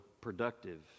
productive